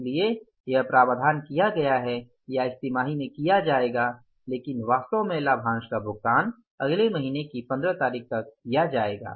इसलिए यह प्रावधान किया गया है या इस तिमाही में किया जाएगा लेकिन वास्तव में लाभांश का भुगतान अगले महीने की 15 तारीख तक किया जाएगा